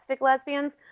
lesbians